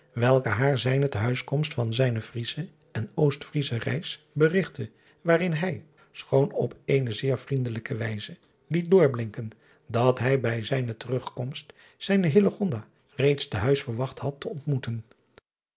welke haar zijne te huiskomst van zijne riesche en ost riesche reis berigtte waarin hij schoon op eene zeer vriendelijke wijze liet doorblinken dat hij bij zijne terugkomst zijne reeds te huis verwacht had te ontmoeten